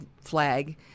flag